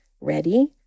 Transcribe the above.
Ready